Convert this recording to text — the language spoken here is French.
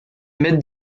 mettre